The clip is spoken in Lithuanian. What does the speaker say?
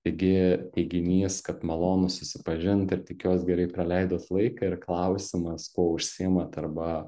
taigi teiginys kad malonu susipažint ir tikiuos gerai praleidot laiką ir klausimas kuo užsiimat arba